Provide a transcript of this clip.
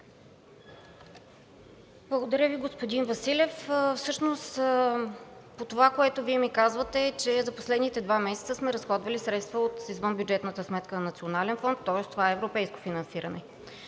Благодаря Ви, господин Василев. Всъщност по това, което Вие ми казвате, че за последните два месеца сме разходвали средства от извънбюджетната сметка Национален фонд, тоест това е европейско финансиране.